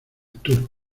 tour